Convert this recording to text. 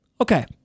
okay